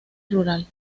rural